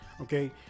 Okay